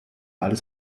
alles